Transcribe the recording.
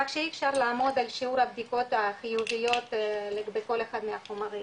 כך שאי אפשר לעמוד על שיעור הבדיקות החיוביות לגבי כל אחד מהחומרים.